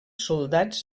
soldats